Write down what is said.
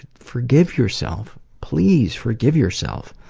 forgive yourself. please, forgive yourself.